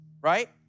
right